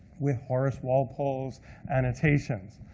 with horace walpole's annotations.